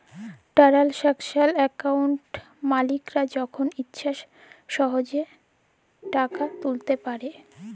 টারালসাকশাল একাউলটে মালিকরা যখল ইছা সহজে টাকা তুইলতে পারে